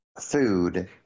food